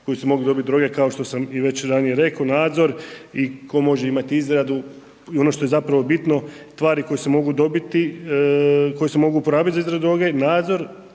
kojih se mogu dobiti droge kao što sam i već ranije reko, nadzor i ko može imat izradu i ono što je zapravo bitno, tvari koje se mogu dobiti, koje se mogu uporabiti za izradu droge, nadzor